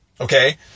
Okay